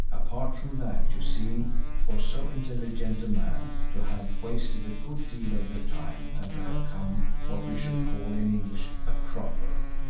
apart from that, you seem, for so intelligent a man, to have wasted a good deal of your time and to have come, what we should call in english, a cropper.